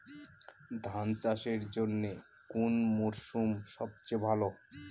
ধান চাষের জন্যে কোন মরশুম সবচেয়ে ভালো?